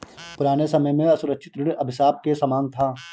पुराने समय में असुरक्षित ऋण अभिशाप के समान था